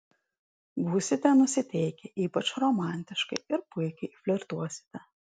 būsite nusiteikę ypač romantiškai ir puikiai flirtuosite